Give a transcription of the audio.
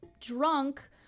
drunk